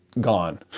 gone